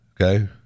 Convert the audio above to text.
okay